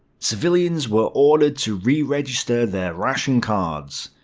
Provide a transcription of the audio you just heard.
civilians were ordered to re-register their ration cards,